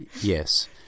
Yes